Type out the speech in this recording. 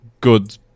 good